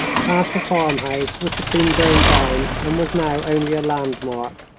past a farmhouse which had been burned down and was now only a landmark,